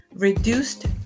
reduced